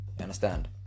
understand